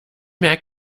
mehr